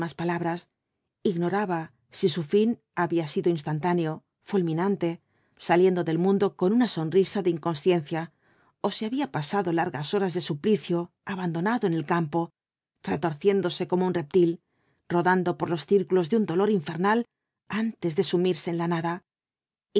palabras ignoraba si su fin había sido instantáneo fulminante saliendo de mundo con una sonrisa de inconsciencia ó si había pasado largas horas de suplicio abandonado en el campo retorciéndose como un reptil rodando por los círculos de un dolor infernal antes de sumirse en la nada